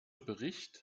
bericht